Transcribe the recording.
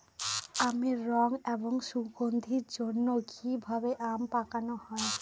আমের রং এবং সুগন্ধির জন্য কি ভাবে আম পাকানো হয়?